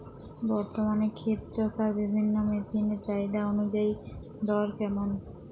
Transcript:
বর্তমানে ক্ষেত চষার বিভিন্ন মেশিন এর চাহিদা অনুযায়ী দর কেমন?